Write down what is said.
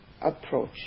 approach